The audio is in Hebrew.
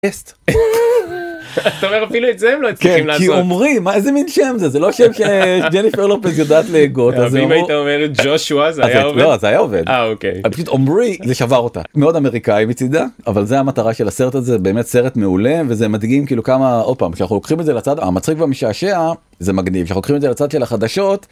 אתה אומר, אפילו את זה הם לא מצליחים לעשות. כן, כי... עומרי... איזה מין שם זה?! זה לא שם שג'ניפר לופז יודעת להגות... אם היא היתה אומרת ג'ושוע, זה היה עובד? לא, זה היה עובד. אה, אוקיי. פשוט עומרי, זה שבר אותה. מאוד אמריקאי מצידה, אבל זה המטרה של הסרט הזה, באמת סרט מעולה. וזה מדגים כאילו, כמה... עוד פעם, כשאנחנו לוקחים את זה לצד המצחיק והמשעשע, זה מגניב. כשאנחנו לוקחים את זה לצד של החדשות...